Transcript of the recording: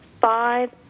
five